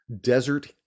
Desert